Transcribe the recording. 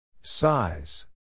Size